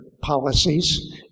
policies